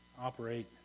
operate